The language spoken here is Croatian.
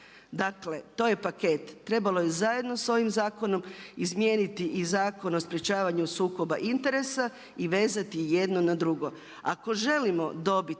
Dakle to je paket, trebalo je zajedno s ovim zakonom izmijeniti i Zakon o sprječavanju sukoba interesa i vezati jedno na drugo. Ako želimo dobiti